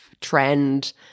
trend